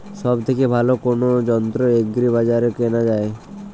সব থেকে ভালো কোনো যন্ত্র এগ্রি বাজারে কেনা যায়?